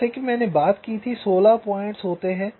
जैसे की मैंने बात की थी 16 पॉइंट्स होते हैं